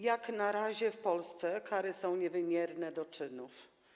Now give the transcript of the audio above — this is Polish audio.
Jak na razie w Polsce kary są niewspółmierne do czynów.